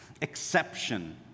exception